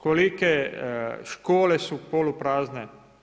Kolike škole su poluprazne?